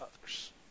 others